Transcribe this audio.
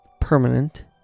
permanent